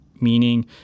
meaning